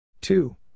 two